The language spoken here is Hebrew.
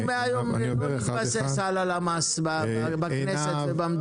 מהיום לא נתבסס על הלמ"ס בכנסת ובמדינה.